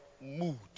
mood